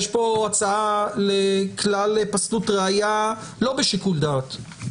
יש פה הצעה לכלל פסלות ראיה לא בשיקול דעת.